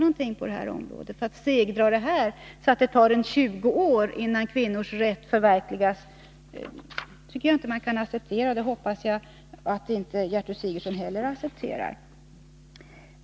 Jag tycker inte att man kan acceptera en segdragning av denna fråga, så att det tar 20 år innan kvinnors rätt förverkligas. Jag hoppas att inte heller Gertrud Sigurdsen accepterar detta.